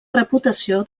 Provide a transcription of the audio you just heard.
reputació